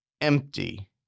empty